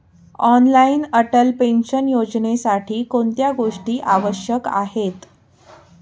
Online Atal pension योजनेसाठी कोणत्या गोष्टी आवश्यक आहेत?